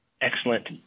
Excellent